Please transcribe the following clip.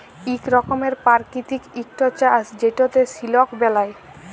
ইক রকমের পারকিতিক ইকট চাষ যেটতে সিলক বেলায়